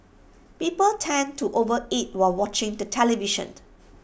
people tend to over eat while watching the television